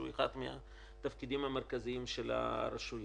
שהוא אחד מהתפקידים המרכזיים של הרשויות.